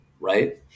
right